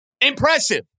Impressive